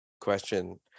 question